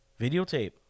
videotape